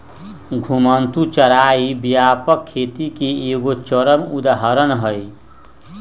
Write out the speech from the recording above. घुमंतू चराई व्यापक खेती के एगो चरम उदाहरण हइ